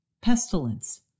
Pestilence